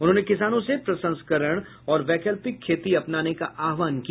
उन्होंने किसानों से प्रसंस्करण और वैकल्पिक खेती अपनाने का आह्वान किया